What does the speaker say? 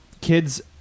Kids